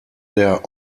der